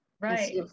right